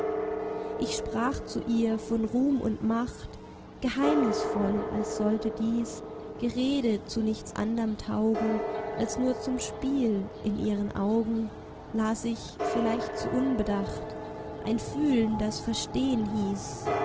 ich sprach zu ihr von ruhm und macht geheimnisvoll als sollte dies gerede zu nichts anderm taugen als nur zum spiel in ihren augen las ich vielleicht zu unbedacht ein fühlen das verstehen hieß